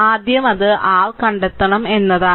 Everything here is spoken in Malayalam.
ആദ്യം അത് r കണ്ടെത്തണം എന്നതാണ്